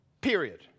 Period